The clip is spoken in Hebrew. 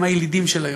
הם הילידים של היום,